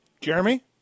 Jeremy